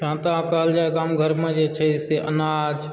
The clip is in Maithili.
तहन तऽ कहल जाय गाम घरमे जे छै से अनाज